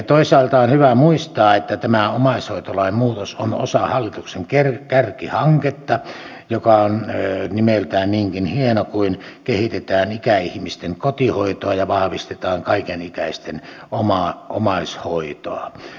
toisaalta on hyvä muistaa että tämä omaishoitolain muutos on osa hallituksen kärkihanketta joka on nimeltään niinkin hieno kuin kehitetään ikäihmisten kotihoitoa ja vahvistetaan kaikenikäisten omaishoitoa